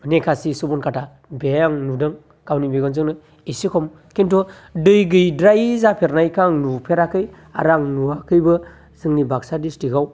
निकासि सुबनखाथा बेहाय आं नुदों गावनि मेगनजोंनो एसे खम खिन्थु दै गैद्रायै जाफेरनायखौ आं नुफेराखै आरो आं नुवाखैबो जोंनि बाकसा डिस्ट्रिकआव